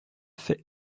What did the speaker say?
fey